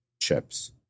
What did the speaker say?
chips